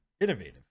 innovative